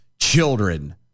children